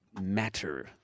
matter